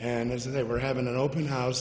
and as it were having an open house